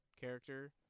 character